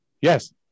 Yes